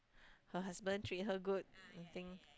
her husband treat her good I think